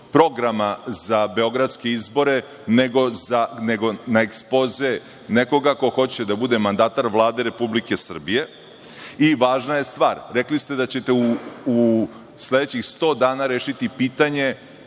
programa za beogradske izbore, nego na ekspoze nekoga ko hoće da bude mandatar Vlade Republike Srbije. Važna je stvar, rekli ste da ćete u sledećih 100 dana rešiti pitanje